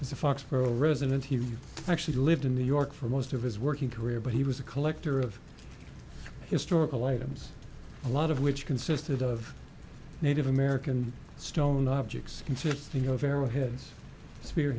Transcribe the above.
is a foxboro resident he actually lived in new york for most of his working career but he was a collector of historical items a lot of which consisted of native american stone objects consisting of arrowheads spear